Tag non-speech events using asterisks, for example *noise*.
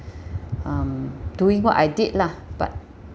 *breath* um doing what I did lah but